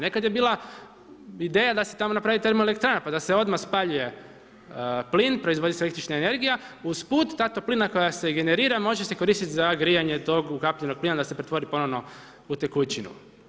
Nekad je bila ideja da se tamo napravi termoelektrana pa da se odmah spaljuje plin, proizvodi se električna energija, uz put, ta toplina koja se generira može se koristiti za grijanje tog ukapljenog plina da se pretvori ponovno u tekućinu.